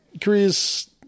korea's